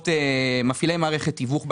מפעילי מערכת תיווך באשראי,